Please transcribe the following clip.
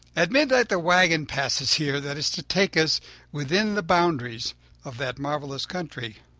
at midnight the wagon passes here that is to take us within the boundaries of that marvelous country.